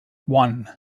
one